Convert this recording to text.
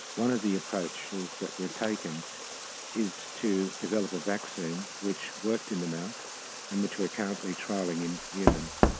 one of the approaches that we've taken is to develop a vaccine which worked in the mouse and which we are currently trialling in humans.